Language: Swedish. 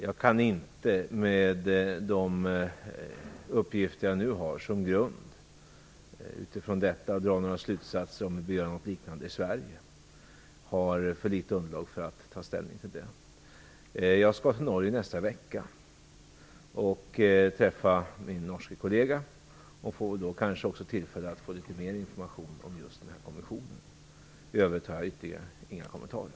Jag kan inte, med de uppgifter jag nu har som grund, dra några slutsatser om vi bör göra något liknande i Sverige. Jag har för litet underlag för att ta ställning till det. Jag skall till Norge nästa vecka och träffa min norska kollega, och jag får då kanske tillfälle att få litet mer information om just den här kommissionen. I övrigt har jag inga ytterligare kommentarer.